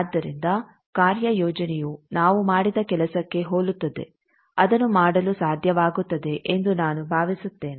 ಆದ್ದರಿಂದ ಕಾರ್ಯಯೋಜನೆಯು ನಾವು ಮಾಡಿದ ಕೆಲಸಕ್ಕೆ ಹೋಲುತ್ತದೆ ಅದನ್ನು ಮಾಡಲು ಸಾಧ್ಯವಾಗುತ್ತದೆ ಎಂದು ನಾನು ಭಾವಿಸುತ್ತೇನೆ